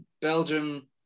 Belgium